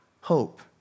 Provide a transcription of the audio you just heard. hope